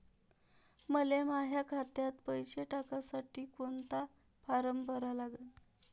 मले माह्या खात्यात पैसे टाकासाठी कोंता फारम भरा लागन?